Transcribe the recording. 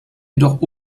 jedoch